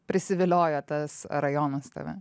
prisiviliojo tas rajonas tave